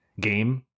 game